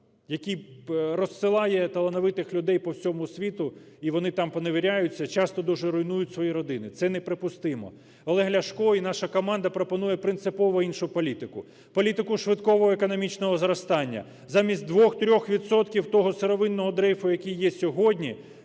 який розсилає талановитих людей по всьому світу, і вони там поневіряються, часто дуже – руйнують свої родини. Це неприпустимо. Олег Ляшко і наша команда пропонує принципово іншу політику – політику швидкого економічного зростання: замість 2-3 відсотків того сировинного дрейфу, який є сьогодні,